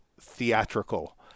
theatrical